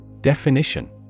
Definition